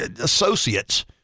associates